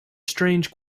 strange